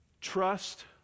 Trust